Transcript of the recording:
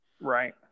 Right